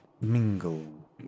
mingle